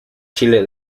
chile